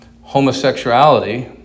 homosexuality